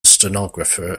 stenographer